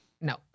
No